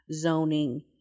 zoning